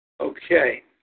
Okay